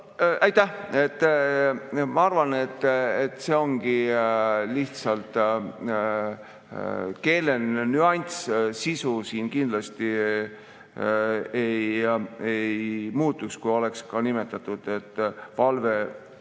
Ma arvan, et see ongi lihtsalt keeleline nüanss. Sisu siin kindlasti ei muutuks, kui oleks nimetatud "valve